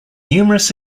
numerous